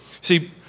See